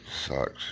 sucks